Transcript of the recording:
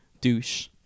Douche